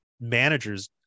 managers